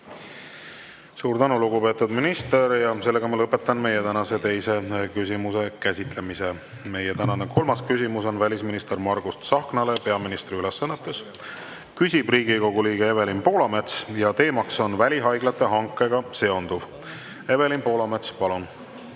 Suur tänu, lugupeetud minister! Lõpetan meie tänase teise küsimuse käsitlemise. Meie tänane kolmas küsimus on välisminister Margus Tsahknale peaministri ülesannetes. Küsib Riigikogu liige Evelin Poolamets. Ja teemaks on välihaiglate hankega seonduv. Evelin Poolamets, palun!